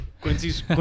Quincy's